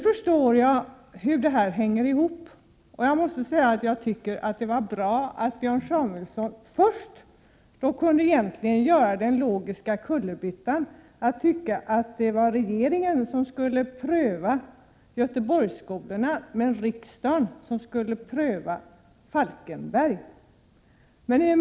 Nu förstår jag hur det hänger ihop, och jag måste säga att det var bra att Björn Samuelson kunde göra den logiska kullerbyttan att tycka att regeringen skulle pröva statsbidrag till Göteborgsskolorna men att riksdagen skulle pröva bidrag till Falkenbergs konstskola.